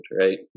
right